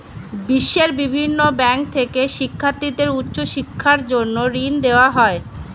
বিশ্বের বিভিন্ন ব্যাংক থেকে শিক্ষার্থীদের উচ্চ শিক্ষার জন্য ঋণ দেওয়া হয়